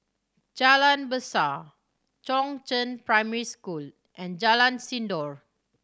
Jalan Besar Chongzheng Primary School and Jalan Sindor